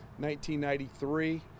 1993